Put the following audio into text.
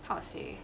how to say